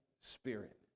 Spirit